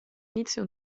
inizio